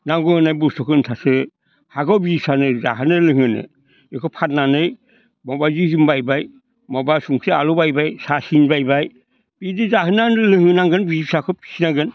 नांगौ होननाय बुस्थुखौ होनब्लासो हागौ बिसि फिसानो जाहोनो लोंहोनो बिखौ फाननानै माबा जि जोम बायबाय माबा संख्रि आलौ बायबाय साहा सिनि बायबाय बिदि जाहोनांगोन लोंहोनांगोन बिसि फिसाखौ फिनांगोन